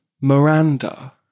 Miranda